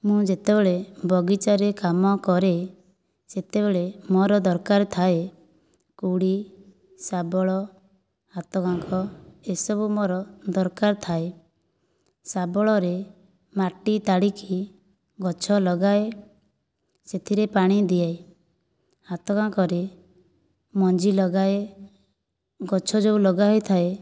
ମୁଁ ଯେତେବେଳେ ବଗିଚାରେ କାମ କରେ ସେତେବେଳେ ମୋର ଦରକାର ଥାଏ କୋଡ଼ି ଶାବଳ ହାତ ବାଙ୍କ ଏହିସବୁ ମୋର ଦରକାର ଥାଏ ଶାବଳରେ ମାଟି ତାଡ଼ିକି ଗଛ ଲଗାଏ ସେଥିରେ ପାଣି ଦିଏ ହାତ ବାଙ୍କରେ ମଞ୍ଜି ଲଗାଏ ଗଛ ଯେଉଁ ଲଗାହୋଇଥାଏ